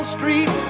Street